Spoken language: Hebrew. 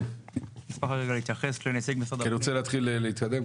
כי אני רוצה להתחיל להתקדם,